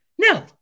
no